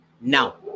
Now